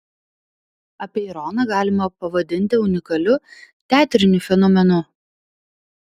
apeironą galima pavadinti unikaliu teatriniu fenomenu